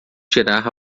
tirar